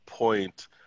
point